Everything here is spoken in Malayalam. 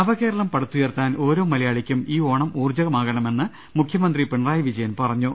നവകേരളം പടുത്തുയർത്താൻ ഓരോ മലയാളിക്കും ഈ ഓണം ഊർജമാകണമെന്ന് മുഖ്യമന്ത്രി പിണറായി വിജയൻ പറഞ്ഞു